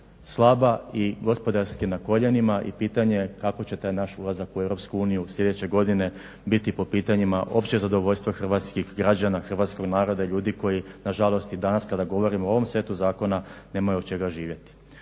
slaba i gospodarski na koljenima i pitanje je kako će taj naš ulazak u Europsku uniju sljedeće godine biti po pitanjima općeg zadovoljstva hrvatskih građana, hrvatskog naroda i ljudi koji na žalost i danas kada govorimo o ovom setu zakona nemaju od čega živjeti.